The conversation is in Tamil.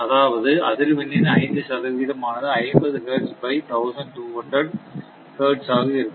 அதாவது அதிர்வெண்ணின் 5 சதவிகிதம் ஆனது 50 ஹெர்ட்ஸ் பை 1200 ஹெர்ட்ஸ் ஆக இருக்கும்